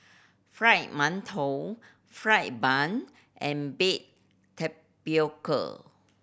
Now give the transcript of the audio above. Fried Mantou fried bun and baked tapioca